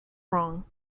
wrong